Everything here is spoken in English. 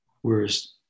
Whereas